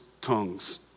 tongues